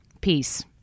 peace